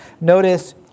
Notice